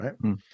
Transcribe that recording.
right